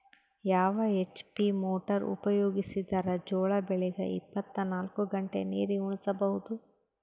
ಯಾವ HP motor ಉಪಯೋಗಿಸಿದರ ಜೋಳ ಬೆಳಿಗ ಇಪ್ಪತ ನಾಲ್ಕು ಗಂಟೆ ನೀರಿ ಉಣಿಸ ಬಹುದು?